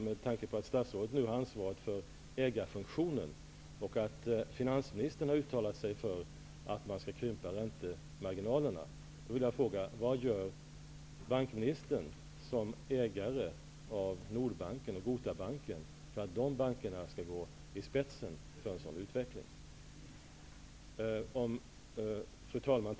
Med tanke på att statsrådet nu har ansvaret för ägarfunktionen och att finansministern har uttalat sig för att krympa räntemarginalerna, kan det vara intressant att få svar på frågan: Vad gör bankministern, som ägare av Nordbanken och Gotabanken, för att de bankerna skall gå i spetsen för en sådan utveckling? Fru talman!